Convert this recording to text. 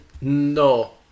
No